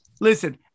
listen